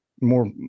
more